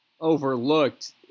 overlooked